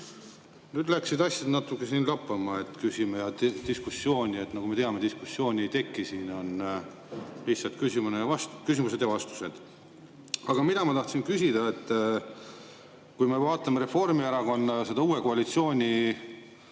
Nüüd läksid asjad natuke lappama, et küsime ja diskussioon. Nagu me teame, diskussiooni siin ei teki, on lihtsalt küsimused ja vastused. Aga mida ma tahtsin küsida? Kui me vaatame Reformierakonna uue koalitsiooni